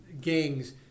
gangs